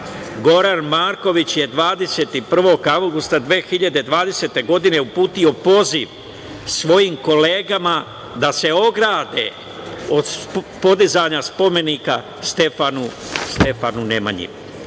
Goran Marković je 21. avgusta 2020. godine uputio poziv svojim kolegama da se ograde od podizanja spomenika Stefanu Nemanji